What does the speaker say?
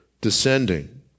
descending